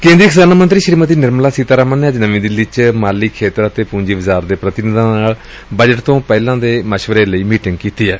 ਕੇਂਦਰੀ ਖਜ਼ਾਨਾ ਮੰਤਰੀ ਸ੍ਰੀਮਤੀ ਨਿਰਮਾਲਾ ਸੀਤਾਰਮਨ ਨਵੀਂ ਦਿੱਲੀ ਚ ਮਾਲੀ ਖੇਤਰ ਅਤੇ ਪੁੰਜੀ ਬਾਜ਼ਾਰ ਦੇ ਪੂਤੀਨਿਧਾਂ ਨਾਲ ਬਜਟ ਤੋਂ ਪਹਿਲਾਂ ਦੇ ਮਸ਼ਵਰੇ ਲਈ ਮੀਟਿੰਗ ਕਰ ਰਹੇ ਨੇ